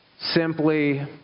simply